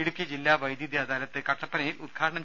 ഇടുക്കി ജില്ലാ വൈദ്യുതി അദാലത്ത് കട്ടപ്പനയിൽ ഉദ് ഘാടനം